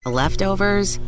leftovers